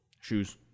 Shoes